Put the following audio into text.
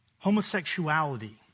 Homosexuality